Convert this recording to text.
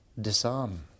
disarm